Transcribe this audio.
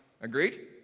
Agreed